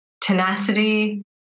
tenacity